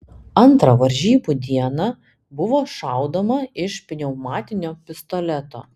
antrą varžybų dieną buvo šaudoma iš pneumatinio pistoleto